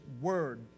word